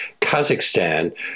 Kazakhstan